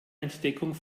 entdeckung